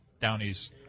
Downey's